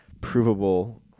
provable